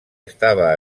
estava